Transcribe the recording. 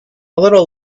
little